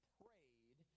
prayed